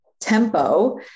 tempo